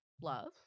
love